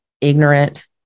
ignorant